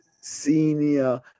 senior